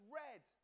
red